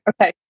Okay